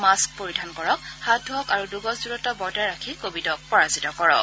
mask পৰিধান কৰক হাত ধোৱক আৰু দুগজ দূৰত বৰ্তাই ৰাখি কোভিডক পৰাজিত কৰক